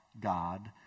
God